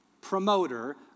promoter